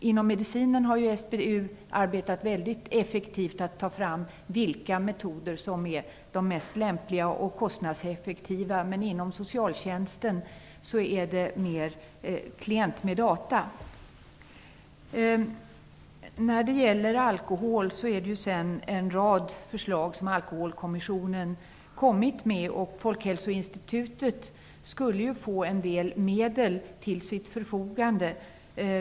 Inom medicinen har ju SBU arbetat väldigt effektivt för att ta fram de mest lämpliga och kostnadseffektiva metoderna. Men inom socialtjänsten är det mera av "klient med data". Det finns en rad förslag som Alkohokommissionen har kommit med. Folkhälsoinstitutet skulle ju få ytterligare medel till sitt förfogande.